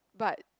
but